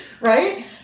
right